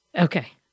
Okay